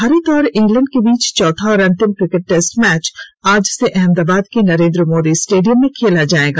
भारत और इंग्लैंड के बीच चौथा और अंतिम क्रिकेट टेस्ट मैच आज से अहमदाबाद के नरेन्द्र मोदी स्टेडियम में खेला जाएगा